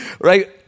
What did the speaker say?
Right